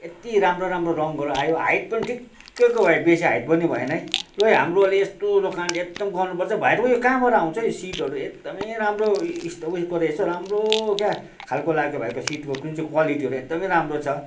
यति राम्रो राम्रो रङ्गहरू आयो हाइट पनि ठिक्कको बेसी हाइट पनि भएन है लु है हाम्रोहरूले यस्तो दोकान चाहिँ एकदम गर्नु पर्छ है भाइकोमा ऊ यो कहाँबाट आउँछ यो सिडहरू एकदमै राम्रो यस्तो ऊ योको रहेछ राम्रो क्या खालको लाग्यो भाइको सिडको कुन चाहिँ क्वालिटीहरू एकदमै राम्रो छ